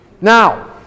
Now